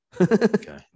okay